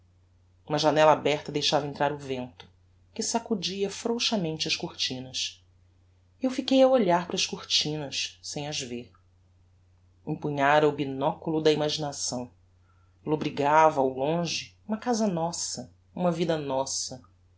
uma janella aberta deixava entrar o vento que sacudia frouxamente as cortinas e eu fiquei a olhar para as cortinas sem as ver empunhára o binoculo da imaginação lobrigava ao longe uma casa nossa uma vida nossa